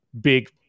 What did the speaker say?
big